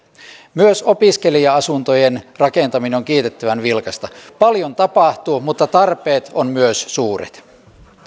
myös opiskelija asuntojen rakentaminen on kiitettävän vilkasta paljon tapahtuu mutta tarpeet ovat myös suuret